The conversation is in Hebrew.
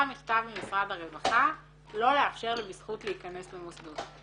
מכתב ממשרד הרווחה לא לאפשר ל"בזכות" להיכנס למוסדות.